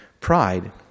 Pride